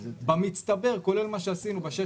במצטבר כולל מה שעשינו ב-6,